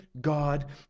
God